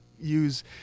use